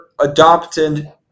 adopted